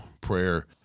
prayer